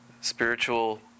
spiritual